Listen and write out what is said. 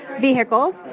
vehicles